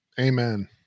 Amen